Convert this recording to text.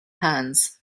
hands